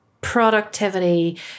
productivity